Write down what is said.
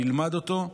נלמד אותו,